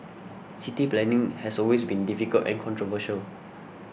city planning has always been difficult and controversial